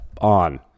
on